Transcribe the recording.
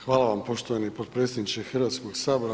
Hvala vam poštovani potpredsjedniče Hrvatskoga sabora.